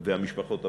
והמשפחות המלוות,